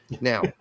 Now